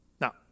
Now